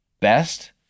best